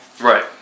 Right